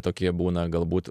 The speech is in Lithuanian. tokie būna galbūt